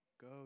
go